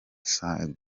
sans